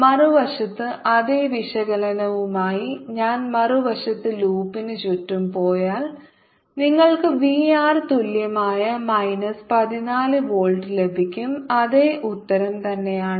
മറുവശത്ത് അതേ വിശകലനവുമായി ഞാൻ മറുവശത്ത് ലൂപ്പിന് ചുറ്റും പോയാൽ നിങ്ങൾക്ക് V r തുല്യമായ മൈനസ് 14 വോൾട്ട് ലഭിക്കും അതേ ഉത്തരം തന്നെയാണ്